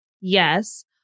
yes